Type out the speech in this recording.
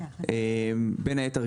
בין היתר,